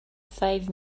five